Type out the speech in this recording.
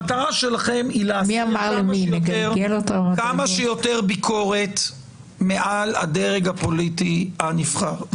המטרה שלכם היא כמה שיותר ביקורת מעל הדרג הפוליטי הנבחר.